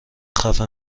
خفه